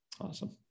Awesome